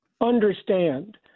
understand